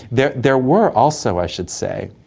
there there were also, i should say,